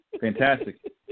Fantastic